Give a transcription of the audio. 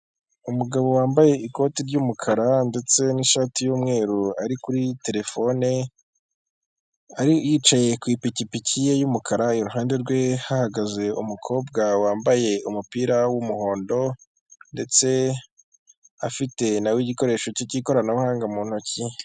Umugabo wambaye ikoti ry'umukara ndetse n'ishati y'umweru ari kuri terefone yicaye ku ipikipiki y'umukara iruhande rwe hahagaze umukobwa wambaye umupira w'umuhondo ndetse afite na igikoresho cy'ikoranabuhanga mu ntoki.